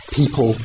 people